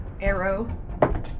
Arrow